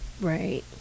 Right